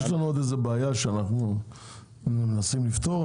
יש לנו עוד איזו בעיה שאנחנו מנסים לפתור,